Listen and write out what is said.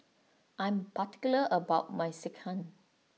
I'm particular about my Sekihan